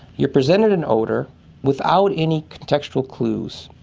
you're presented an odour without any contextual clues.